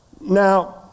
Now